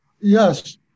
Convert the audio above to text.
Yes